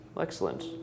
Excellent